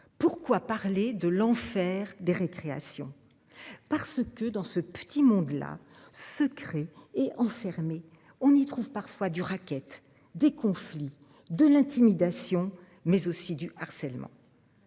Pourquoi parler de l'enfer des récréations. Parce que dans ce petit monde là se. Et enfermé, on y trouve parfois du raquette des conflits de l'intimidation mais aussi du harcèlement.